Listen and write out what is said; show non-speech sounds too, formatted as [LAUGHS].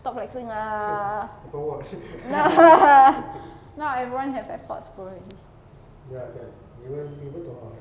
stop flexing lah [LAUGHS] now everyone have Airpods Pro already